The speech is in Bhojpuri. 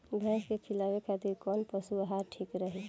भैंस के खिलावे खातिर कोवन पशु आहार ठीक रही?